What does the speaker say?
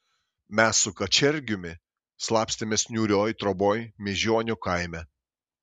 mes su kačergiumi slapstėmės niūrioj troboj miežionių kaime